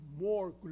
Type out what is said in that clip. more